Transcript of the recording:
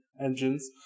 engines